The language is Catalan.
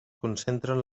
concentren